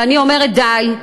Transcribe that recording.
ואני אומרת, די.